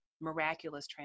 miraculous